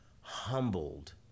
humbled